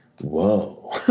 Whoa